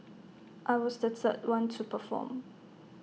I was the third one to perform